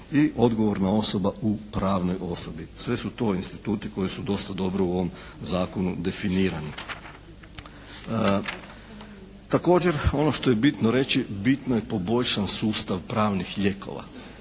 i odgovorna osoba u pravnoj osobi. Sve su to instituti koji su dosta dobro u ovom zakonu definirani. Također ono što je bitno reći bitno je poboljšan sustav pravnih lijekova.